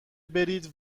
برید